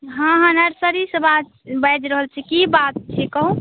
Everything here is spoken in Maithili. हँ हँ नर्सरी से बाजि रहल छी की बात छै कहु